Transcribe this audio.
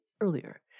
earlier